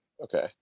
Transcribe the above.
okay